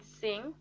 sing